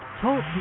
Talk